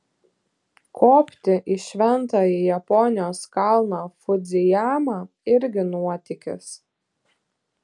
kopti į šventąjį japonijos kalną fudzijamą irgi nuotykis